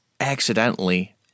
accidentally